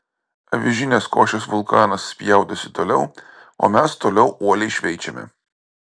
avižinės košės vulkanas spjaudosi toliau o mes toliau uoliai šveičiame